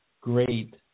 great